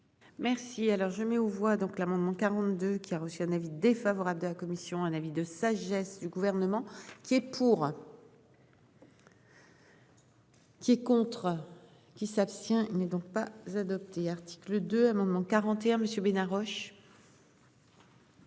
Merci alors je mets aux voix donc l'amendement 42 qui a reçu un avis défavorable de la commission. Un avis de sagesse du gouvernement qui est pour. Qui est contre qui s'abstient n'est donc pas adoptée article 2 amendements 41 monsieur Bena Roche.